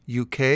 UK